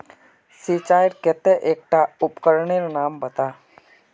सिंचाईर केते एकटा उपकरनेर नाम बता?